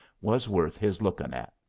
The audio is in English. was worth his lookin' at.